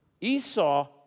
Esau